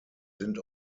sind